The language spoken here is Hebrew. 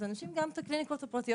אז אנשים סוגרים גם את הקליניקות הפרטיות,